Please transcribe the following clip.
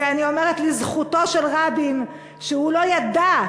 ואני אומרת לזכותו של רבין שהוא לא ידע,